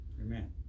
Amen